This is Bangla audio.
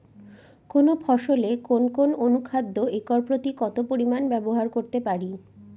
কোন ফসলে কোন কোন অনুখাদ্য একর প্রতি কত পরিমান ব্যবহার করতে পারি?